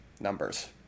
numbers